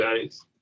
guys